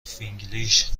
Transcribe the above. فینگلیش